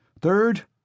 Third